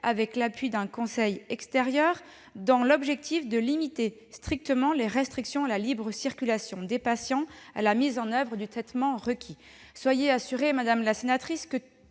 l'appui d'un conseil extérieur, dans l'objectif de limiter strictement les restrictions à la libre circulation des patients à la mise en oeuvre du traitement requis. Soyez assurée, madame la sénatrice, que le